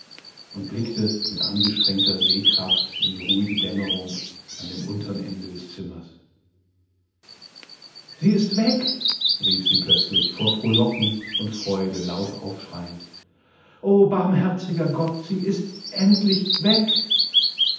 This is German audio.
und blickte mit angestrengter sehkraft in die ruhige dämmerung an dem untern ende des zimmers sie ist weg rief sie plötzlich vor frohlocken und freude laut aufschreiend o barmherzigergott sieistendlichweg im